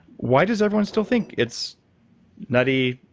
why does everyone still think it's nutty,